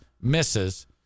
misses